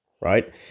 right